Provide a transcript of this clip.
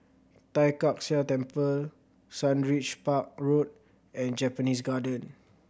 Tai Kak Seah Temple Sundridge Park Road and Japanese Garden